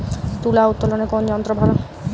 তুলা উত্তোলনে কোন যন্ত্র ভালো?